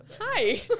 hi